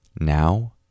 Now